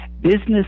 Business